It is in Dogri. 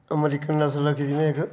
अमरीकन नसल रक्खी दी में इक